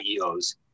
IEOs